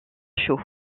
chaud